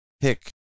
pick